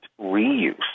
Reuse